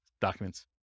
documents